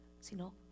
Sino